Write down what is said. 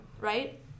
right